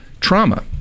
trauma